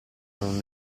non